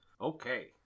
Okay